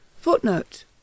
Footnote